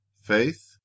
faith